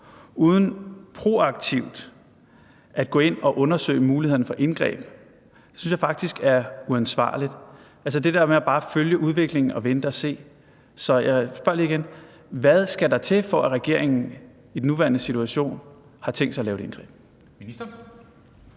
uden proaktivt at gå ind og undersøge mulighederne for indgreb, faktisk er uansvarligt, altså det der med bare at følge udviklingen og vente og se. Så jeg spørger lige igen: Hvad skal der til, for at regeringen i den nuværende situation har tænkt sig at lave et indgreb?